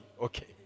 Okay